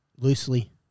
loosely